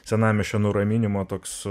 senamiesčio nuraminimo toks